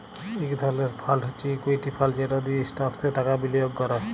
ইক ধরলের ফাল্ড হছে ইকুইটি ফাল্ড যেট দিঁয়ে ইস্টকসে টাকা বিলিয়গ ক্যরে